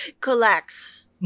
collects